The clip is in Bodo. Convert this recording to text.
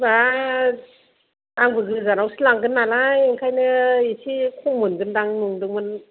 बाब आंबो गोजानआवसो लांगोन नालाय ओंखायनो एसे खम मोनगोनदां नंदोंमोन